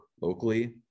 locally